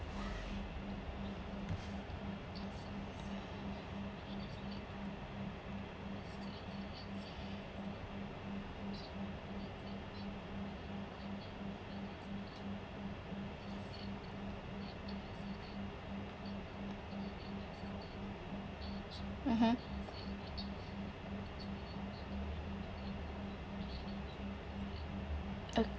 mmhmm oh